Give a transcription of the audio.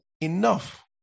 Enough